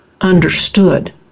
understood